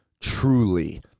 truly